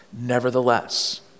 nevertheless